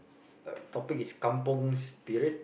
uh topic is Kampung Spirit